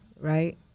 right